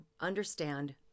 understand